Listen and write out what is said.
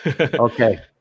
Okay